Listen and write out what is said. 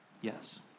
Yes